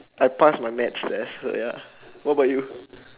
I passed my maths test so ya what about you